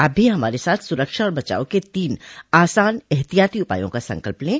आप भी हमारे साथ सुरक्षा और बचाव के तीन आसान एहतियाती उपायों का संकल्प लें